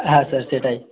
হ্যাঁ স্যার সেটাই